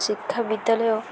ଶିକ୍ଷା ବିିଦ୍ୟାଳୟ